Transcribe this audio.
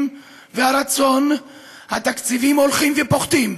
והרצון התקציבים הולכים ופוחתים?